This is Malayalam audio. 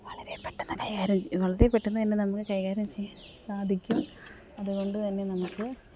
വളരെ പെട്ടെന്ന് കൈകാര്യം വളരെ പെട്ടെന്ന് തന്നെ നമുക്ക് കൈകാര്യം ചെയ്യാന് സാധിക്കും അതുകൊണ്ടുതന്നെ നമുക്ക്